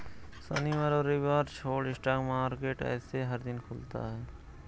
शनिवार और रविवार छोड़ स्टॉक मार्केट ऐसे हर दिन खुलता है